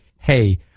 hey